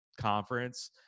conference